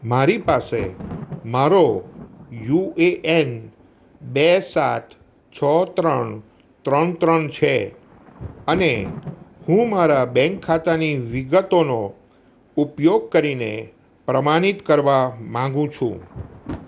મારી પાસે મારો યુ એ એન બે સાત છ ત્રણ ત્રણ ત્રણ છે અને હું મારા બેંક ખાતાની વિગતોનો ઉપયોગ કરીને પ્રમાણિત કરવા માગું છું